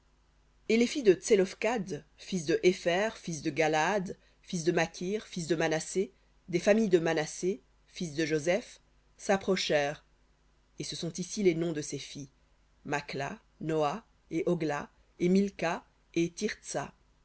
et les filles de tselophkhad fils de hépher fils de galaad fils de makir fils de manassé des familles de manassé fils de joseph s'approchèrent et ce sont ici les noms de ses filles makhla noa et hogla et milca et